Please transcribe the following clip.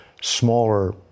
smaller